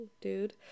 dude